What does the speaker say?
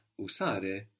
usare